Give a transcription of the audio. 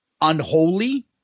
Unholy